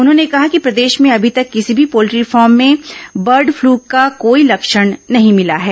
उन्होंने कहा कि प्रदेश में अभी तक किसी भी पोल्ट्री फॉर्म में बर्ड फ्लू का कोई लक्षण नहीं मिला है